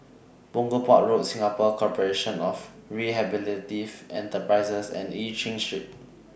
Punggol Port Road Singapore Corporation of Rehabilitative Enterprises and EU Chin Street